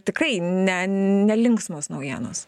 tikrai ne nelinksmos naujienos